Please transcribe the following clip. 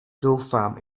doufám